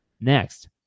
Next